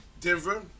Denver